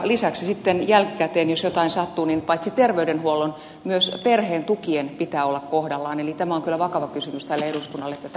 lisäksi sitten jälkikäteen jos jotain sattuu paitsi terveydenhuollon myös perheen tukien pitää olla kohdallaan eli tämä on kyllä vakava kysymys tälle eduskunnalle että tämä asia viedään eteenpäin